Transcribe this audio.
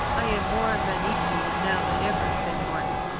i am more a manichean now than ever, said martin.